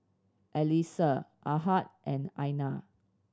Alyssa Ahad and Aina